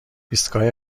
ایستگاه